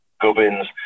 Gubbins